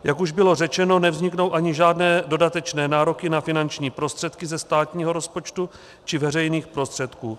Jak už bylo řečeno, nevzniknou ani žádné dodatečné nároky na finanční prostředky ze státního rozpočtu či veřejných prostředků.